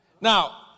Now